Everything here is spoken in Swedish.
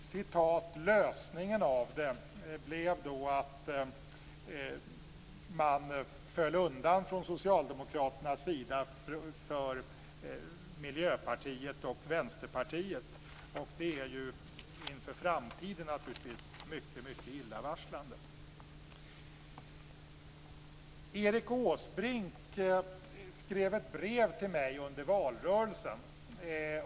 "Lösningen" blev att socialdemokraterna föll undan för Miljöpartiet och Vänsterpartiet. Det är för framtiden mycket illavarslande. Erik Åsbrink skrev ett brev till mig under valrörelsen.